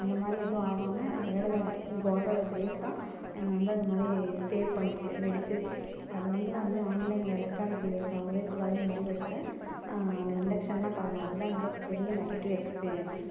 அந்த மாதிரி எதுவும் ஆகம நல்ல வேளை த காடோட கிரேஸ் தான் என்ன வந்து அது மாதிரி சேவ் பண்ணுச்சி வெடிச்சிருச்சி அது வந்து நான் இனிமே ஆன்லைனில் எலக்ட்ரானிக் டிவைஸ் வாங்கவே கூடாதுன்னு முடிவெடுத்தேன் அந்த இண்டக்ஷன் தான் காரணம் அது தான் என்னோட பெரிய நெகட்டிவ் எக்ஸ்பீரியன்ஸ்